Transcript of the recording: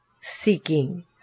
seeking